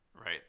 right